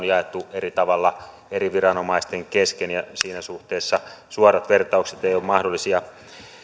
jaettu eri tavalla eri viranomaisten kesken ja siinä suhteessa suorat vertaukset eivät ole mahdollisia